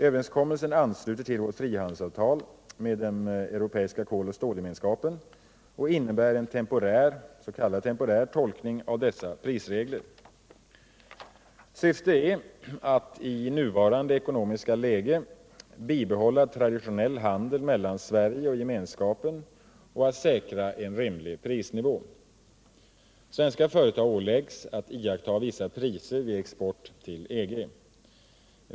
Överenskommelsen ansluter till vårt frihandelsavtal med den europeiska koloch stålgemenskapen och innebär en s.k. temporär tolkning av dess prisregler. Syftet är att i nuvarande ekonomiska läge bibehålla traditionell handel mellan Sverige och gemenskapen och säkra en rimlig prisnivå. Svenska företag åläggs att iaktta vissa priser vid export till EG.